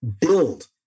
build